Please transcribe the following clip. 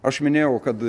aš minėjau kad